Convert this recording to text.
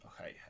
Okay